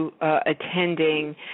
Attending